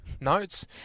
Notes